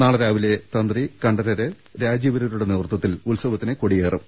നാളെ രാവിലെ തന്ത്രി കണ്ഠരര് രാജീവരരുടെ നേതൃ ത്വത്തിൽ ഉത്സവത്തിന് കൊടിയേറ്റും